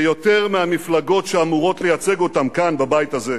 ויותר מהמפלגות שאמורות לייצג אותם כאן, בבית הזה.